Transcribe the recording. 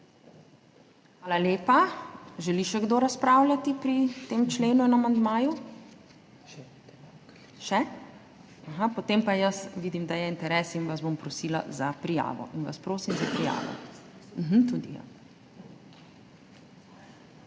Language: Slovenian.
Hvala lepa. Želi še kdo razpravljati pri tem členu in amandmaju? Še? Vidim, da je interes in vas bom prosila za prijavo. In vas prosim za prijavo.